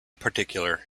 particular